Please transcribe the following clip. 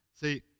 See